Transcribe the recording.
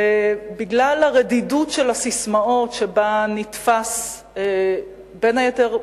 בגלל הרדידות של הססמאות שבה נתפס, בין היתר,